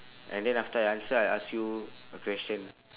and then after I answer I ask you a question